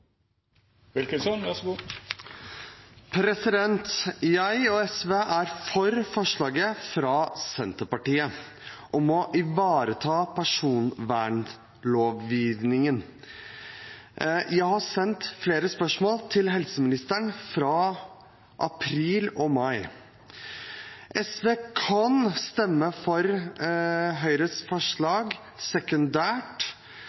for forslaget fra Senterpartiet om å ivareta personvernlovgivningen. Jeg har sendt flere spørsmål til helseministeren i april og mai. SV kan stemme for Høyres